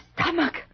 stomach